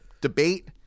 debate